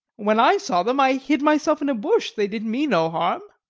when i saw them i hid myself in a bush. they did me no harm.